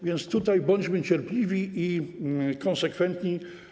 Więc tutaj bądźmy cierpliwi i konsekwentni.